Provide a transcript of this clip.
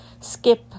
skip